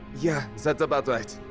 yeah, zat about right.